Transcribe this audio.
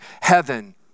heaven